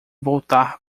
voltar